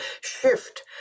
shift